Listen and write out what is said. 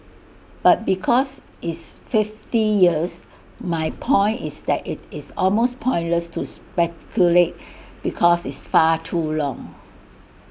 but because it's fifty years my point is that IT is almost pointless to speculate because it's far too long